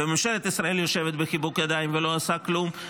וממשלת ישראל יושבת בחיבוק ידיים ולא עושה כלום,